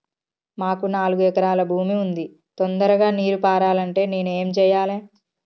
మాకు నాలుగు ఎకరాల భూమి ఉంది, తొందరగా నీరు పారాలంటే నేను ఏం చెయ్యాలే?